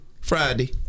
Friday